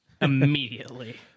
immediately